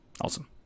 awesome